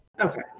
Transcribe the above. Okay